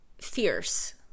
fierce